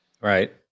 Right